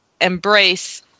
embrace